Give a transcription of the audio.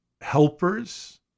helpers